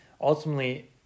ultimately